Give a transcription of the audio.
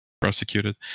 prosecuted